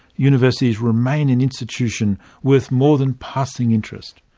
universities remain an institution worth more than passing interest.